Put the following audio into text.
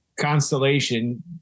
Constellation